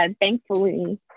thankfully